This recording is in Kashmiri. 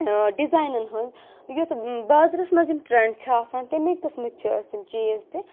ڈِزاینَن ہٕنٛز یُتھ بازرَس منٛز یِم ٹرٛٮ۪نٛڈ چھِ آسان تَمی قٕسمٕکۍ چھِ أسۍ یِم چیٖز تہِ